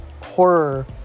horror